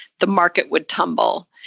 the market would tumble.